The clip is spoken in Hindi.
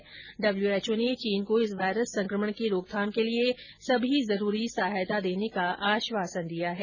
ॅभ्ट ने चीन को इस वायरस संकमण की रोकथाम के लिए सभी जरूरी सहायता देने का आश्वासन दिया है